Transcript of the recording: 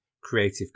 creative